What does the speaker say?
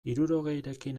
hirurogeirekin